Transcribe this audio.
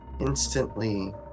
instantly